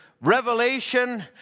Revelation